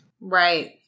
Right